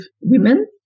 women